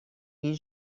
این